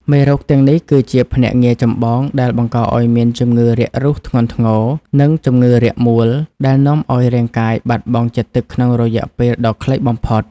មេរោគទាំងនេះគឺជាភ្នាក់ងារចម្បងដែលបង្កឱ្យមានជំងឺរាគរូសធ្ងន់ធ្ងរ និងជំងឺរាគមួល ដែលនាំឱ្យរាងកាយបាត់បង់ជាតិទឹកក្នុងរយៈពេលដ៏ខ្លីបំផុត។